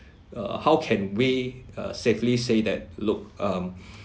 uh how can we uh safely say that look um